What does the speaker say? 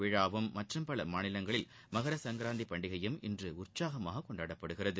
விழாவும் மற்றும் மாநிலங்களில் மகரசங்கராந்திபண்டிகையும்இன்று உற்சாகமாக கொண்டாடப்படுகிறது